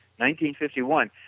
1951